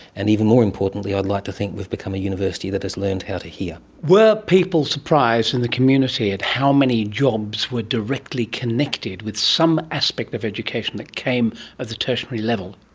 and even more importantly i'd like to think we've become a university that has learnt how to hear. were people surprised in the community at how many jobs were directly connected with some aspect of education that came at the tertiary level,